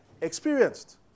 experienced